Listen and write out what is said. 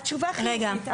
התשובה חיובית,